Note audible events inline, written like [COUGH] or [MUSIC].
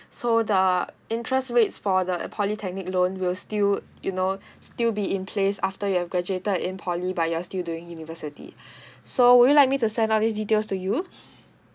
so the interest rates for the polytechnic loan will still you know still be in place after you have graduated in poly but you're still doing university [BREATH] so would you like me to send out these details to you